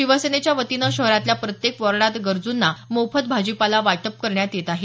शिवसेनेच्या वतीनं शहरातल्या प्रत्येक वार्डात गरजूंना मोफत भाजीपाला वाटप करण्यात येत आहे